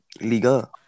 Liga